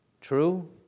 True